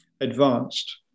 advanced